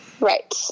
Right